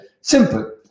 Simple